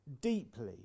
deeply